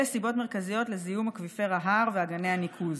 אלה סיבות מרכזיות לזיהום אקוויפר ההר ואגני הניקוז.